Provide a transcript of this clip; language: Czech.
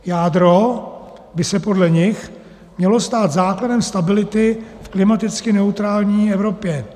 Jádro by se podle nich mělo stát základem stability v klimaticky neutrální Evropě.